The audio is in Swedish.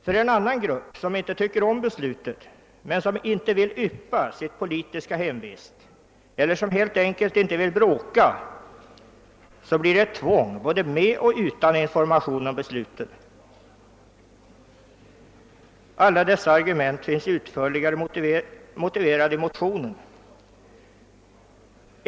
För en annan grupp, som inte tycker om beslutet men som inte vill yppa sitt politiska hemvist eller som helt enkelt inte vill bråka, blir det ett tvång både med och utan information om besluten. Alla dessa argument finns utförligt motiverade i motionsparet.